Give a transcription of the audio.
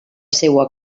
seua